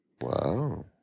Wow